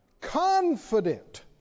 Confident